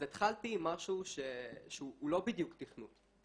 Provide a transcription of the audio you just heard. אז התחלתי עם משהו שהוא לא בדיוק תכנות.